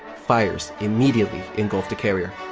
fires immediately engulfed the carrier.